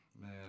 Man